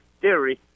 theory